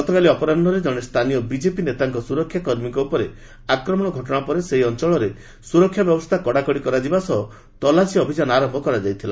ଗତକାଲି ଅପରାହ୍ନରେ ଜଣେ ସ୍ଥାନୀୟ ବିଜେପି ନେତାଙ୍କ ସୁରକ୍ଷାକର୍ମୀଙ୍କ ଉପରେ ଆକ୍ରମଣ ଘଟଣା ପରେ ଏହି ଅଞ୍ଚଳରେ ସୁରକ୍ଷା ବ୍ୟବସ୍ଥା କଡାକଡି କରାଯିବା ସହ ତଲାସୀ ଅଭିଯାନ ଆରମ୍ଭ ହୋଇଥିଲା